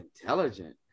intelligent